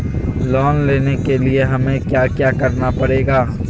Loan लेने के लिए हमें क्या क्या करना पड़ेगा?